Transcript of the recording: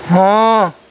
ہاں